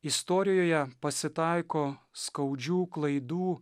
istorijoje pasitaiko skaudžių klaidų